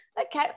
okay